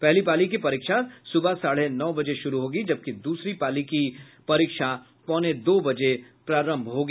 पहली पाली की परीक्षा सब्रह साढ़े नौ बजे शुरू होगी जबकि दूसरी पाली की परीक्षा पौने दो बजे प्रारंभ होगी